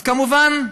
אז כמובן,